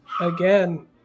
again